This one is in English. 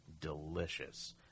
delicious